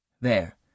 There